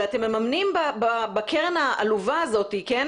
ואתם ממנים בקרן העלובה הזאת, כן?